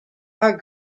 are